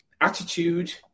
attitude